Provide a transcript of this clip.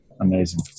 Amazing